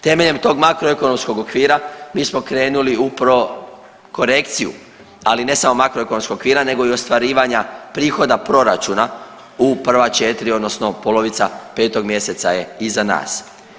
Temeljem tog makro ekonomskog okvira mi smo krenuli u korekciju, ali ne samo makro ekonomskog okvira, nego i ostvarivanja prihoda proračuna u prva četiri, odnosno polovica petog mjeseca je iza nas.